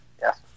Yes